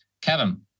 Kevin